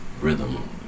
rhythm